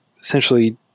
essentially